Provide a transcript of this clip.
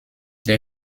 der